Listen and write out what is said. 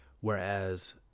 whereas